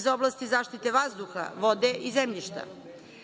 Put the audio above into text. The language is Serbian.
iz oblasti zaštite vazduha, vode i zemljišta.